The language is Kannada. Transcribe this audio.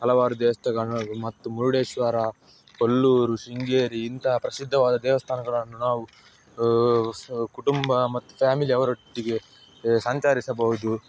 ಹಲವಾರು ದೇವಸ್ಥಾನಗಳು ಮತ್ತು ಮುರ್ಡೇಶ್ವರ ಕೊಲ್ಲೂರು ಶೃಂಗೇರಿ ಇಂತಹ ಪ್ರಸಿದ್ಧವಾದ ದೇವಸ್ಥಾನಗಳನ್ನು ನಾವು ಸ್ ಕುಟುಂಬ ಮತ್ತು ಫ್ಯಾಮಿಲಿ ಅವರೊಟ್ಟಿಗೆ ಸಂಚರಿಸಬಹುದು